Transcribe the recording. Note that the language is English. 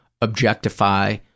objectify